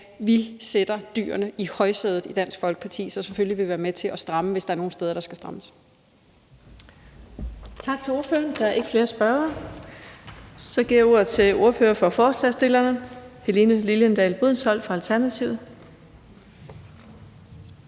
vi sætter dyrene i højsædet i Dansk Folkeparti, så selvfølgelig vil vi være med til at stramme det, hvis der er nogle steder, der skal strammes.